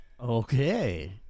Okay